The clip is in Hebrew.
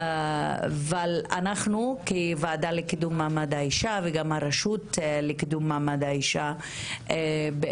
אבל כוועדה לקידום מעמד האישה וגם הרשות לקידום מעמד האישה יש